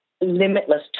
limitless